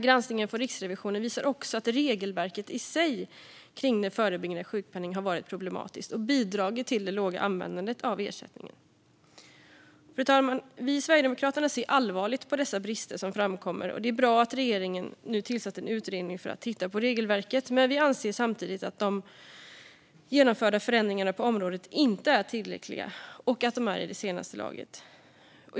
Granskningen från Riksrevisionen visar även att regelverket i sig kring den förebyggande sjukpenningen har varit problematiskt och bidragit till det låga användandet av ersättningen. Fru talman! Vi i Sverigedemokraterna ser allvarligt på de brister som framkommer. Det är bra att regeringen nu har tillsatt en utredning för att titta på regelverket, men vi anser samtidigt att de genomförda förändringarna på området inte är tillräckliga och att de kommer i senaste laget.